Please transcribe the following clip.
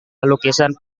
lukisan